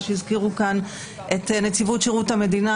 הזכירו כאן את נציבות שירות המדינה.